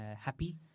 happy